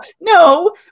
no